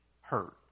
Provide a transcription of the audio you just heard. hurt